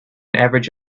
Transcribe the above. average